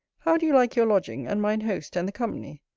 how do you like your lodging, and mine host and the company?